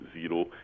zero